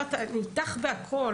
אני איתך בהכול,